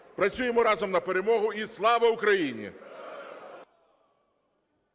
Працюємо разом на перемогу і Слава Україні!